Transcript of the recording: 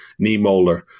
Niemoller